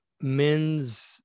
men's